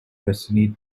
destiny